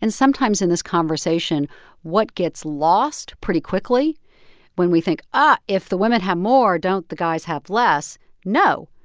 and sometimes in this conversation what gets lost pretty quickly when we think, ah if the women have more, don't the guys have less no.